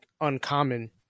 uncommon